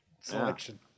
selection